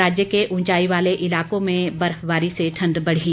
राज्य के ऊंचाई वाले इलाकों में बर्फबारी से ठंड बढ़ी